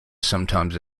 sometimes